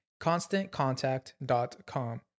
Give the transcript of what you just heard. ConstantContact.com